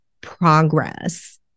progress